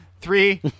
three